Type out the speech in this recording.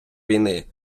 війни